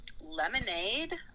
Lemonade